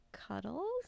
cuddles